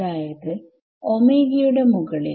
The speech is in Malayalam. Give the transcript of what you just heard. അതായത് ഓമേഗയുടെ മുകളിൽ